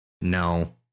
No